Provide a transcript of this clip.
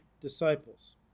disciples